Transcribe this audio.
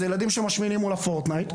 זה ילדים שמשמינים מול הפורטנייט,